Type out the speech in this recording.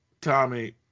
Tommy